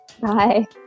Bye